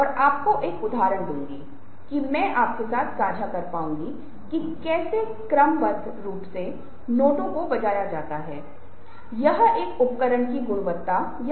और आखिरी अंक जो मैं बताना चाहूंगा वह है क्योंकि ये एक तिनका जितना देगा जो मै सुनने और बोलने के बरेमे साझा करना चाहता हूँ